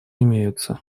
имеются